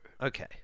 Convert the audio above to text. Okay